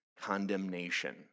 condemnation